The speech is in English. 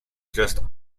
just